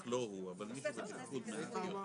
שירות הוא שירות.